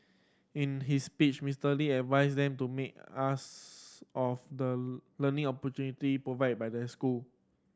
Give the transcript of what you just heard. in his speech Mister Lee advised them to make us of the learning opportunity provided by their school